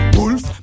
Wolf